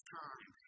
time